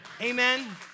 Amen